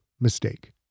mistake